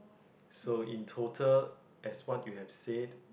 so in total as what you have said